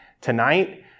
tonight